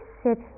sit